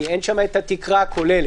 כי אין שם את התקרה הכוללת,